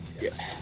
Yes